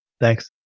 Thanks